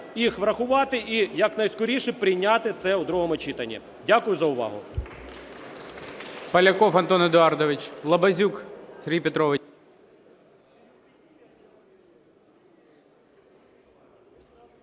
їх врахувати і якнайскоріше прийняти це у другому читанні. Дякую за увагу.